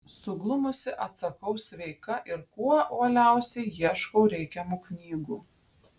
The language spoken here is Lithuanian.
suglumusi atsakau sveika ir kuo uoliausiai ieškau reikiamų knygų